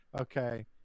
okay